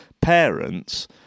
parents